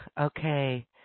Okay